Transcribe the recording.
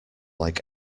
like